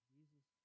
Jesus